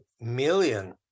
million